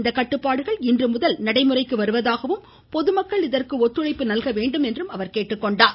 இந்த கட்டுப்பாடுகள் இன்று முதல் நடைமுறைக்கு வருவதாகவும் பொதுமக்கள் இதற்கு ஒத்துழைப்பு அளிக்கவேண்டும் என்றும் அவர் கோரியுள்ளார்